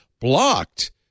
blocked